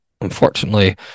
Unfortunately